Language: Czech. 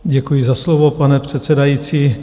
Děkuji za slovo, pane předsedající.